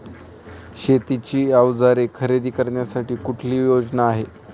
शेतीची अवजारे खरेदी करण्यासाठी कुठली योजना आहे?